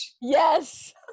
yes